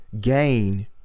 gain